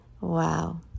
wow